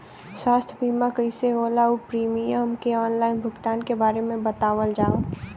स्वास्थ्य बीमा कइसे होला और प्रीमियम के आनलाइन भुगतान के बारे में बतावल जाव?